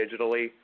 digitally